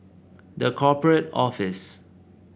The Corporate Office